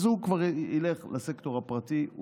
כבר ילך לסקטור הפרטי,